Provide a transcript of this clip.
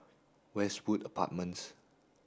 Westwood Apartments